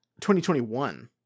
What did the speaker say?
2021